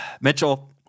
Mitchell